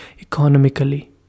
economically